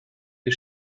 the